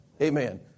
Amen